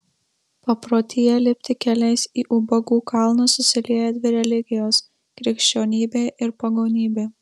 paprotyje lipti keliais į ubagų kalną susilieja dvi religijos krikščionybė ir pagonybė